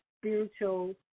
spiritual